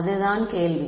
அது தான் கேள்வி